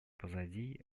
позади